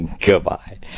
Goodbye